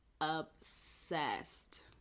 obsessed